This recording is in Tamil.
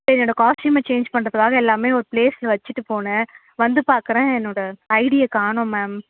என்னோட காஸ்டியூமை சேஞ்ச் பண்ணுறதுக்காக எல்லாம் ஒரு ப்ளேஸில் வைச்சிட்டு போனேன் வந்து பார்க்கறேன் என்னோட ஐடியை காணோம் மேம்